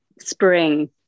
spring